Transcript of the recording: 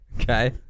Okay